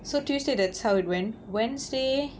so tuesday that's how it went wednesday